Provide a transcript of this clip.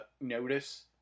notice